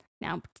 now